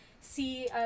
see